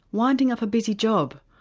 winding up a busy job,